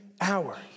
hour